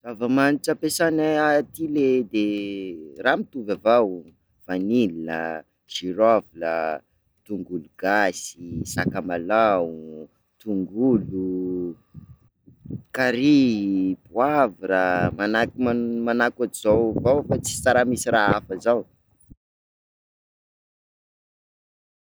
Zava-manitra ampiasainay aty ley de raha mitovy avao: vanille, girofle, tongolo gasy, sakamalao, tongolo, carry, poivre, manahak manao- manahaky ohatra zao avao fa tsisy- tsa raha misy raha hafa avao.